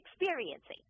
experiencing